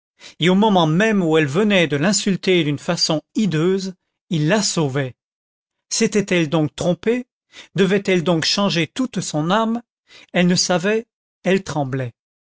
et au moment même où elle venait de l'insulter d'une façon hideuse il la sauvait s'était-elle donc trompée devait-elle donc changer toute son âme elle ne savait elle tremblait